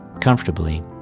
comfortably